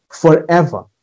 forever